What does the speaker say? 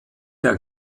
der